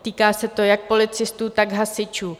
Týká se to jak policistů, tak hasičů.